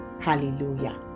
hallelujah